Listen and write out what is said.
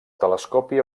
telescopi